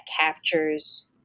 captures